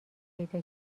پیدا